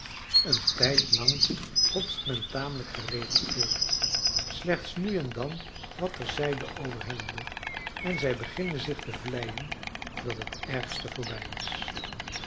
een tijdlang hotst men tamelijk geregeld voort slechts nu en dan wat ter zijde overhellende en zij beginnen zich te vleien dat het ergste voorbij is